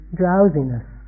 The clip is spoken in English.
drowsiness